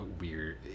weird